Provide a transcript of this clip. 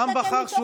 העם בחר.